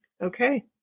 Okay